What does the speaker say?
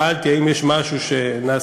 שאלתי האם יש משהו שנעשה.